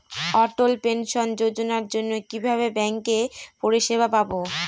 অটল pension যোজনার জন্য কিভাবে ব্যাঙ্কে পরিষেবা পাবো?